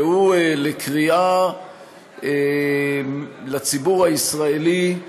והוא לקריאה לציבור הישראלי,